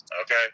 Okay